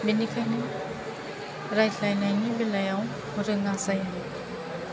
बिनिखायनो रायज्लायनायनि बेलायाव रोङा जायो